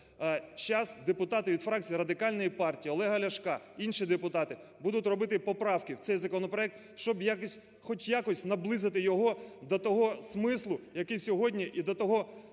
Счас депутати від фракції Радикальної партії Олега Ляшка, інші депутати будуть робити поправки в цей законопроект, щоб хоч якось наблизити його до того смислу, який сьогодні і до того…